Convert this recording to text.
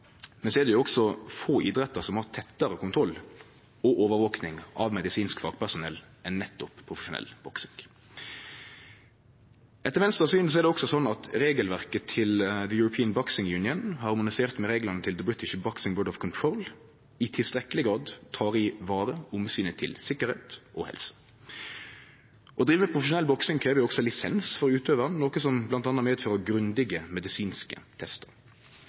Men det er også få idrettar som har tettare kontroll og overvaking av medisinsk fagpersonell enn nettopp profesjonell boksing. Etter Venstres syn er det også sånn at regelverket til European Boxing Union harmonerte med reglane til British Boxing Board of Control, som i tilstrekkeleg grad tek i vare omsynet til sikkerheit og helse. Å drive med profesjonell boksing krev også lisens for utøvaren, noko som m.a. medfører grundige medisinske testar.